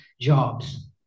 jobs